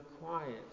quiet